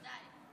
ודאי,